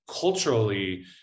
culturally